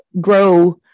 grow